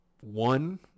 one